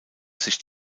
sich